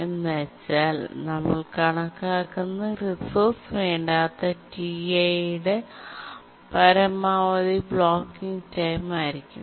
എന്ന് വച്ചാൽ നമ്മൾ കണക്കാക്കുന്നത് റിസോഴ്സ് വേണ്ടാത്ത Ti യുടെ പരമാവധി ബ്ലോക്കിങ് ടൈം ആയിരിക്കും